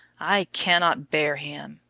i cannot bear him,